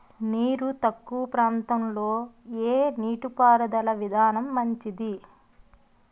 నీరు తక్కువ ప్రాంతంలో ఏ నీటిపారుదల విధానం మంచిది?